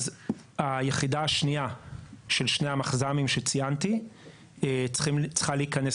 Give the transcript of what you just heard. היחידה השנייה של שני המחז"מים שציינתי צריכה להיכנס